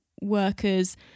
workers